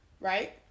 Right